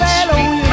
sweet